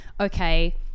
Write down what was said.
okay